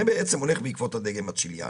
זה בעצם הולך בעקבות הדגם הצ'יליאני,